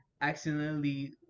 accidentally